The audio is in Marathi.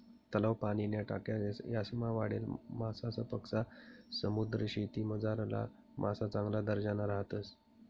तलाव, पाणीन्या टाक्या यासमा वाढेल मासासपक्सा समुद्रीशेतीमझारला मासा चांगला दर्जाना राहतस